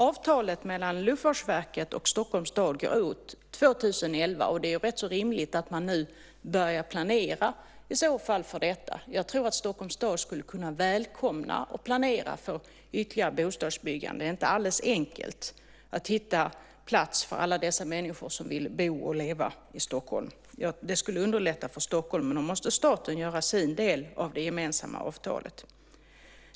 Avtalet mellan Luftfartsverket och Stockholms stad går ut år 2011. Det är rätt så rimligt att man nu börjar planera för detta. Jag tror att Stockholms stad skulle välkomna att kunna planera för ytterligare bostadsbyggande. Det är inte alldeles enkelt att hitta plats för alla de människor som vill bo och leva i Stockholm. Det skulle underlätta för Stockholms stad, men då måste staten göra sin del av det gemensamma avtalet.